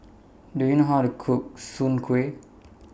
Do YOU know How to Cook Soon Kueh